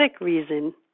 reason